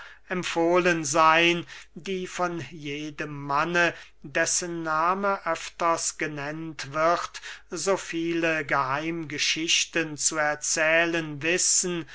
empfohlen seyn die von jedem manne dessen nahme öfters genennt wird so viele geheimgeschichtchen zu erzählen wissen